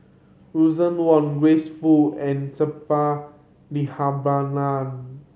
Russel Wong Grace Fu and Suppiah Dhanabalan